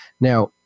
Now